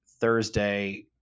Thursday